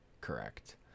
correct